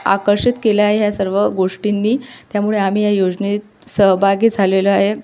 आकर्षित केलं आहे या सर्व गोष्टींनी त्यामुळे आम्ही या योजनेत सहभागी झालेलो आहे